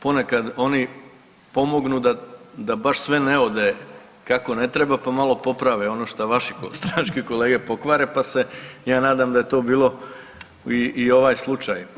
Ponekad oni pomognu da baš sve ne ode kako ne treba, pa malo poprave ono što vaši stranački kolege pokvare, pa se ja nadam da je to bilo i ovaj slučaj.